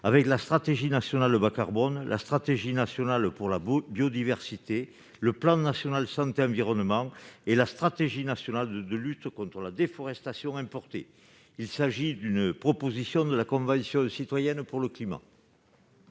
avec la stratégie nationale bas-carbone (SNBC), la stratégie nationale pour la biodiversité (SNB), le plan national santé environnement (PNSE) et la stratégie nationale de lutte contre la déforestation importée (SNDI). Il s'agit là d'une proposition de la Convention citoyenne pour le climat.